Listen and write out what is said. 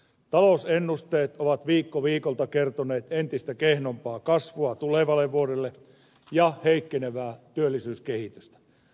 talousennusteet ovat viikko viikolta kertoneet entistä kehnompaa kasvua tulevalle vuodelle ja heikkenevää työllisyyskehitystä